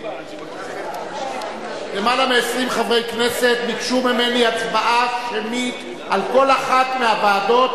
ביקשו ממני הצבעה שמית על כל אחת מהוועדות.